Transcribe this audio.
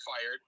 fired